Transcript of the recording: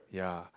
ya